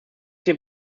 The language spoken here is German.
sind